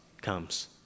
comes